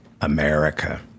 America